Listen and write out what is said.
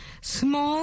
small